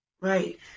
Right